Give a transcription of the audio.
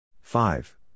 Five